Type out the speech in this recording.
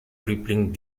rippling